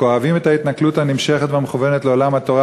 וכואבים את ההתנכלות הנמשכת והמכוונת לעולם התורה